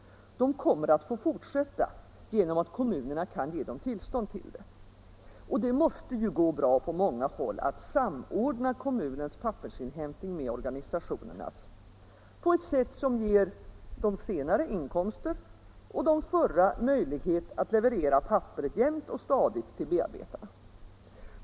De kommer att få fortsätta, genom att kommunerna kan ge dem tillstånd till det. Det måste också gå bra på många håll att samordna kommunens pappersinhämtning med organisationernas, på ett sätt som ger de senare inkomster och de förra möjlighet att leverera papperet jämnt och stadigt till bearbetarna.